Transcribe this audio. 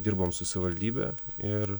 dirbom su savivaldybe ir